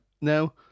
now